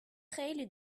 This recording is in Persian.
خیلی